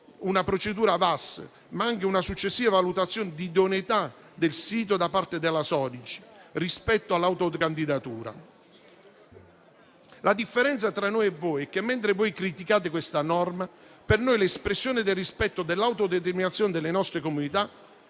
strategica (VAS), ma anche una successiva valutazione di idoneità del sito da parte della Sogin rispetto all'autocandidatura. La differenza tra noi e voi è che mentre voi criticate questa norma, per noi è l'espressione del rispetto dell'autodeterminazione delle nostre comunità,